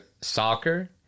soccer